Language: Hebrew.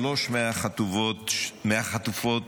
שלוש מהחטופות